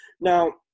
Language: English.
Now